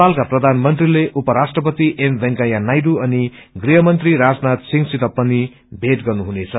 नेपालका प्रधानमंत्रीले उपराष्ट्रपति एम वेकैया नायडू अनि गृहमंत्री राजनाथ सिंहसित पनि भेट गर्नुहुनेछ